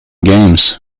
games